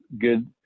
good